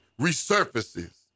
resurfaces